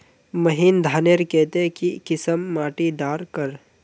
महीन धानेर केते की किसम माटी डार कर?